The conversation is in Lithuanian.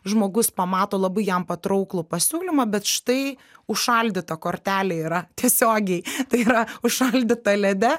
žmogus pamato labai jam patrauklų pasiūlymą bet štai užšaldyta kortelė yra tiesiogiai tai yra užšaldyta lede